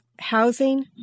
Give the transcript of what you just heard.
housing